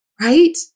right